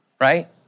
right